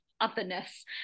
otherness